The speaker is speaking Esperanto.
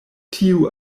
tiu